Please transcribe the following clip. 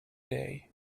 day